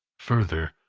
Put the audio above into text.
further,